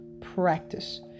practice